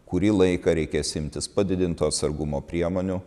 kurį laiką reikės imtis padidinto atsargumo priemonių